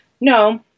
no